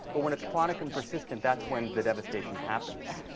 but when it's chronic and persistent, that's when the devastation happens.